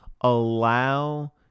allow